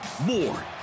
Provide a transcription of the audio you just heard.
More